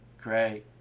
great